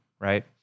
right